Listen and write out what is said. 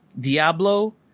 Diablo